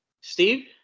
Steve